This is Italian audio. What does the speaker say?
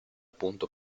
punto